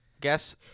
Guess